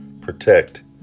protect